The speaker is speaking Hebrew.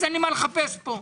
אין לי מה לחפש פה.